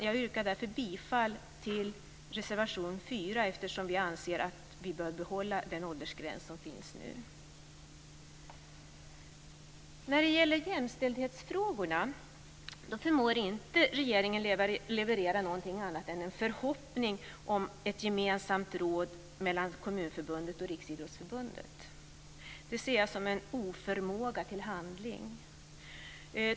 Jag yrkar därför bifall till reservation 4, eftersom vi anser att vi bör behålla den åldersgräns som finns nu. När det gäller jämställdhetsfrågorna förmår inte regeringen leverera någonting annat än en förhoppning om ett gemensamt råd mellan Kommunförbundet och Riksidrottsförbundet. Det ser jag som en oförmåga till handling.